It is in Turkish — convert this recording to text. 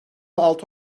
altı